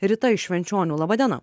rita iš švenčionių laba diena